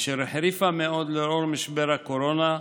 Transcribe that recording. אשר החריפה מאוד לאור משבר הקורונה,